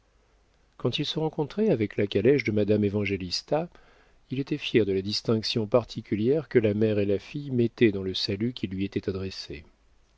quand il se rencontrait avec la calèche de madame évangélista il était fier de la distinction particulière que la mère et la fille mettaient dans le salut qui lui était adressé